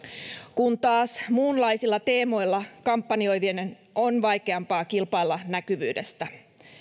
kun taas muunlaisilla teemoilla kampanjoivien on vaikeampaa kilpailla näkyvyydestä